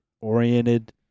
oriented